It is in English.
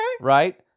Right